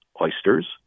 oysters